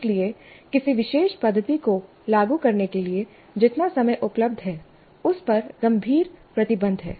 इसलिए किसी विशेष पद्धति को लागू करने के लिए जितना समय उपलब्ध है उस पर गंभीर प्रतिबंध हैं